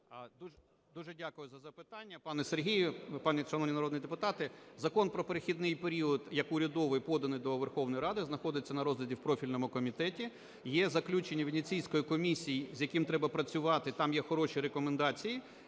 Дуже дякую за запитання, пане Сергію. Шановні народні депутати, Закон про перехідний період як урядовий поданий до Верховної Ради, знаходиться на розгляді в профільному комітеті. Є заключення Венеційської комісії, з яким треба працювати, там є хороші рекомендації.